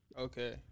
Okay